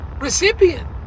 recipient